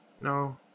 No